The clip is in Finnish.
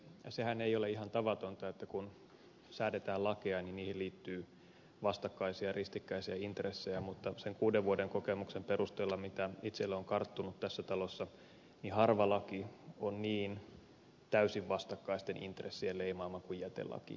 sehän ei ole ihan tavatonta että kun säädetään lakeja niin niihin liittyy vastakkaisia ristikkäisiä intressejä mutta sen kuuden vuoden kokemuksen perusteella mitä itselle on karttunut tässä talossa harva laki on niin täysin vastakkaisten intressien leimaama kuin jätelaki